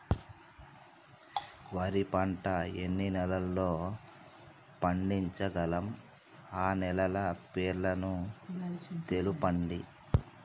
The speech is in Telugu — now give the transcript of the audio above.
వరి పంట ఎన్ని నెలల్లో పండించగలం ఆ నెలల పేర్లను తెలుపండి?